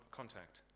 contact